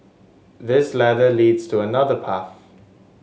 this ladder leads to another path